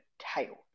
title